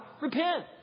Repent